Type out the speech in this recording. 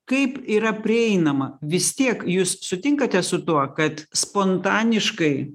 kaip yra prieinama vis tiek jūs sutinkate su tuo kad spontaniškai